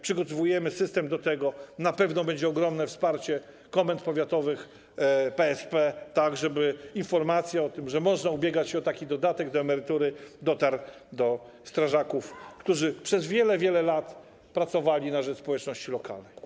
Przygotowujemy system do tego - na pewno będzie ogromne wsparcie komend powiatowych, PSP - żeby informacja o tym, że można ubiegać się o taki dodatek do emerytury, dotarła do strażaków, którzy przez wiele, wiele lat pracowali na rzecz społeczności lokalnej.